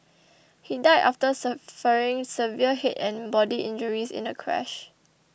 he died after suffering severe head and body injuries in a crash